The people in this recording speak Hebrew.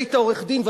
היית עורך-דין,